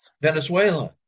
Venezuela